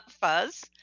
Fuzz